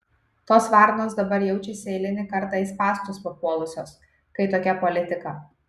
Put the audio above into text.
tos varnos dabar jaučiasi eilinį kartą į spąstus papuolusios kai tokia politika